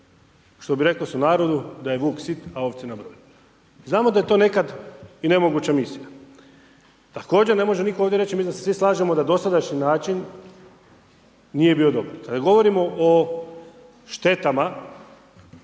Što bi reko sunarodu da je vuk sit, a ovce na broju. Znamo da je to nekada i nemoguća misija. Također, ne može nitko ovdje reći, mislim da se svi slažemo da dosadašnji način nije bio dobar. Kada govorimo o štetama